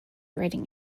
writing